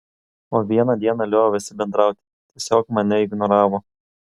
o vieną dieną liovėsi bendrauti tiesiog mane ignoravo